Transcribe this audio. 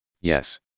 yes